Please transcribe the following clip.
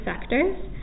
sectors